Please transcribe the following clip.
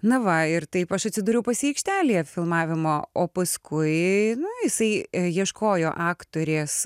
na va ir taip aš atsidūriau pas jį aikštelėje filmavimo o paskui jisai ieškojo aktorės